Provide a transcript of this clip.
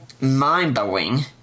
mind-blowing